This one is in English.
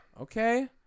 Okay